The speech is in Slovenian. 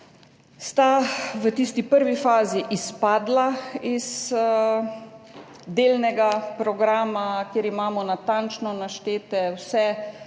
v tisti prvi fazi izpadla iz delnega programa, kjer imamo natančno naštete vse